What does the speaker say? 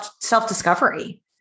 self-discovery